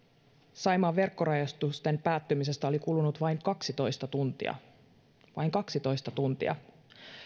saimaan verkkorajoitusten päättymisestä oli kulunut vain kaksitoista tuntia vain kaksitoista tuntia